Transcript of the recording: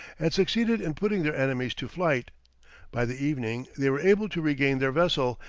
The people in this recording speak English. and succeeded in putting their enemies to flight by the evening they were able to regain their vessel,